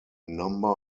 number